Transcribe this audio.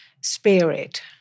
spirit